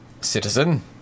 citizen